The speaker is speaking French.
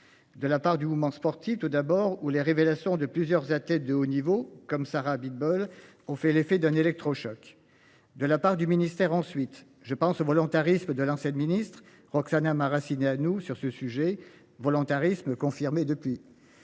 De la part du mouvement sportif, tout d'abord, où les révélations de plusieurs athlètes de haut niveau comme Sarah Abitbol ont fait l'effet d'un électrochoc. De la part du ministère. Ensuite, je pense au volontarisme de l'ancienne ministre Roxana Maracineanu nous sur ce sujet volontarisme confirmé depuis.